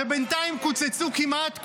שבינתיים קוצצו כמעט כולם.